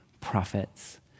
prophets